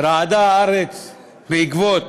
רעדה הארץ בעקבות